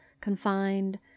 confined